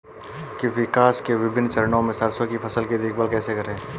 विकास के विभिन्न चरणों में सरसों की फसल की देखभाल कैसे करें?